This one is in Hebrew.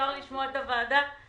אפשר לשמוע את הוועדה בדרך.